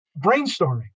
brainstorming